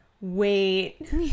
wait